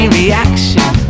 reaction